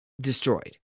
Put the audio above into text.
destroyed